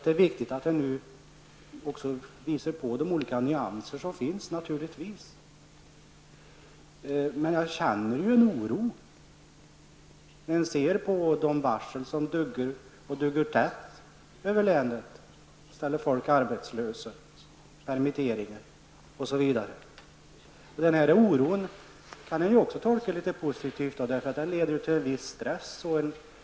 Det är viktigt att man nu också påvisar de olika nyanser som finns. Men jag känner en oro när jag tänker på de varsel som duggar tätt över länet och som ställer folk arbetslösa, leder till permitteringar osv. Den här oron kan också tolkas litet positivt, eftersom den leder till en viss stress.